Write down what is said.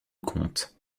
comte